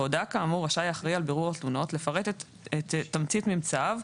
בהודעה כאמור רשאי האחראי על בירור תלונות לפרט את תמצית ממצאיו,